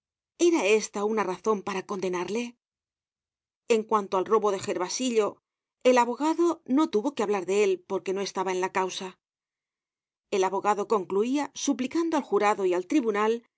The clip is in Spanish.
era esta una razon para condenarle en cuanto al robo de gervasillo el abogado no tuvo que hablar de él porque no estaba en la causa el abogado concluia suplicando al jurado y al tribunal